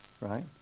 right